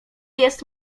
jest